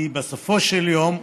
כי בסופו של יום,